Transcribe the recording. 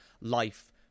life